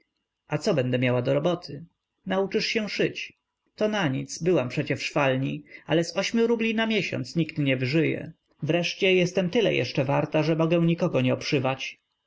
a co będę miała do roboty nauczysz się szyć to na nic byłam przecie w szwalni ale z ośmiu rubli na miesiąc nikt nie wyżyje wreszcie jestem tyle jeszcze warta że mogę nikogo nie obszywać